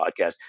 podcast